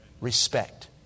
respect